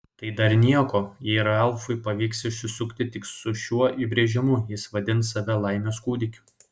tai dar nieko jei ralfui pavyks išsisukti tik su šiuo įbrėžimu jis vadins save laimės kūdikiu